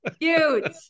Cute